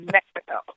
Mexico